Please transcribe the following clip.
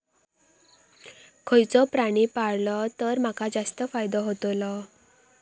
खयचो प्राणी पाळलो तर माका जास्त फायदो होतोलो?